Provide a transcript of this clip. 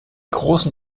großen